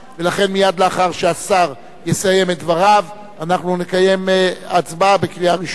ולכן מייד לאחר שהשר יסיים את דבריו אנחנו נקיים הצבעה בקריאה ראשונה.